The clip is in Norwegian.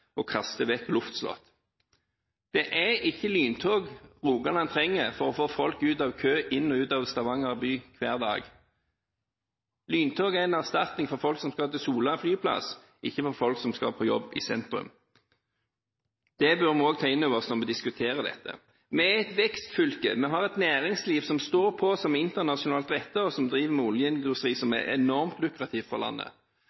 vekk luftslott. Det er ikke lyntog Rogaland trenger for å få folk ut av kø, inn og ut av Stavanger by hver dag. Lyntog er en erstatning for folk som skal til flyplassen på Sola, ikke for folk som skal på jobb i sentrum. Det bør vi også ta inn over oss når vi diskuterer dette. Rogaland er et vekstfylke. Vi har et næringsliv som står på, som er internasjonalt rettet, og som driver med oljeindustri som er enormt lukrativt for landet.